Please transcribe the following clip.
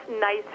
nice